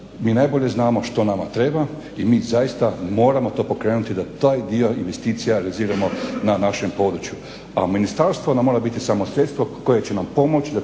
mi najbolje znamo što nama treba i mi zaista moramo to pokrenuti da taj dio investicija realiziramo na našem području a ministarstvo nam mora biti samo sredstvo koje će nam pomoći da